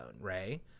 Ray